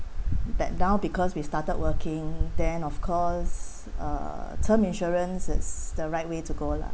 then now because we started working then of course uh term insurance is the right way to go lah